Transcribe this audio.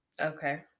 Okay